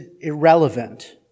irrelevant